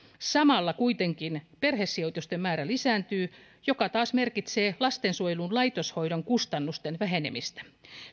samalla kuitenkin perhesijoitusten määrä lisääntyy mikä taas merkitsee lastensuojelun laitoshoidon kustannusten vähenemistä